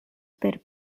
per